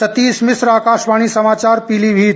सतीश मिश्र आकाशवाणी समाचार पीलीभीत